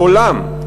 לעולם,